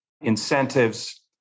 incentives